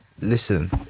Listen